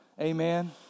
Amen